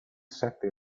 sette